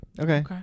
Okay